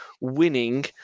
winning